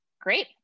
Great